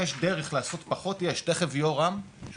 יש לי ארגז של שני כלים --- הם גם אומרים